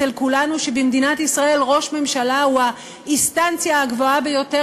אצל כולנו שבמדינת ישראל ראש הממשלה הוא האינסטנציה הגבוהה ביותר,